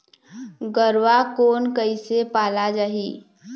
गरवा कोन कइसे पाला जाही?